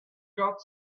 got